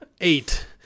Eight